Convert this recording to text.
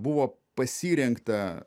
buvo pasirinkta